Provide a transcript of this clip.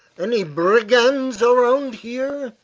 any brigands around here?